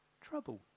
trouble